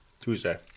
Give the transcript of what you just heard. Tuesday